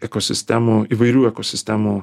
ekosistemų įvairių ekosistemų